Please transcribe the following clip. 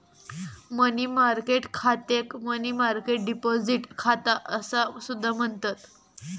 मनी market खात्याक money market deposit खाता असा सुद्धा म्हणतत